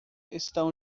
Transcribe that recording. estão